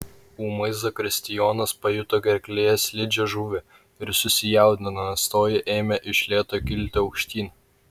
ūmai zakristijonas pajuto gerklėje slidžią žuvį ir susijaudino nes toji ėmė iš lėto kilti aukštyn